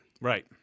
Right